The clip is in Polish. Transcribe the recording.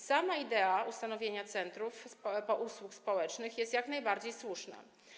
Sama idea ustanowienia centrów usług społecznych jest jak najbardziej słuszna.